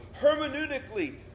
Hermeneutically